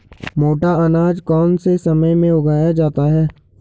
मोटा अनाज कौन से समय में उगाया जाता है?